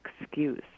excuse